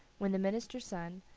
when the minister's son,